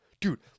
Dude